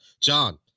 john